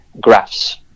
graphs